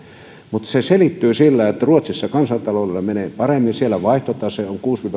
mutta se selittyy sillä että ruotsissa kansantaloudella menee paremmin siellä vaihtotase on kuusi viiva